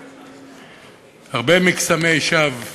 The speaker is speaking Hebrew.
הרבה מקסמי שווא